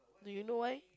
do you know why